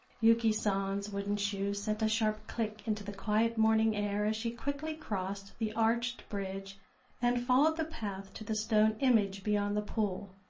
yuki san's wooden shoes sent a sharp click into the quiet morning air as she quickly crossed the arched bridge and followed the path to the stone image beyond the pool.